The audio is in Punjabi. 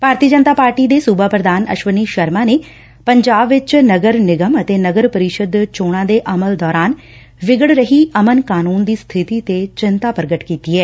ਭਾਰਤੀ ਜਨਤਾ ਪਾਰਟੀ ਦੇ ਸੁਬਾ ਪ੍ਰਧਾਨ ਅਸ਼ਵਨੀ ਸ਼ਰਮਾ ਨੇ ਪੰਜਾਬ ਵਿਚ ਨਗਰ ਨਿਗਮ ਅਤੇ ਨਗਰ ਪਰਿਸ਼ਦ ਚੋਣਾਂ ਦੇ ਅਮਲ ਦੌਰਾਨ ਵਿਗੜ ਰਹੀ ਅਮਨ ਕਾਨੂੰਨ ਦੀ ਸਬਿਤੀ ਤੇ ਚਿੰਤਾ ਪ੍ਰਗਟ ਕੀਤੀ ਐ